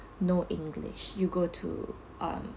know english you go to